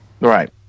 Right